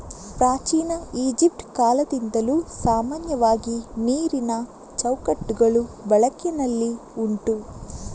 ಪ್ರಾಚೀನ ಈಜಿಪ್ಟ್ ಕಾಲದಿಂದಲೂ ಸಾಮಾನ್ಯವಾಗಿ ನೀರಿನ ಚೌಕಟ್ಟುಗಳು ಬಳಕೆನಲ್ಲಿ ಉಂಟು